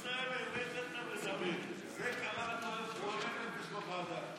זה קרא לנו היום "חולי נפש" בוועדה.